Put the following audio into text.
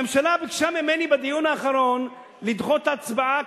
הממשלה ביקשה ממני בדיון האחרון לדחות את ההצבעה,